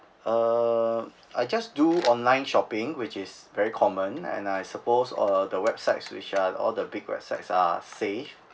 err I just do online shopping which is very common and I suppose uh the websites which are all the big websites are safe